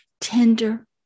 tender